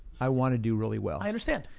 i want to do really well. i understand.